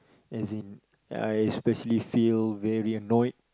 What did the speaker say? as in I especially feel very annoyed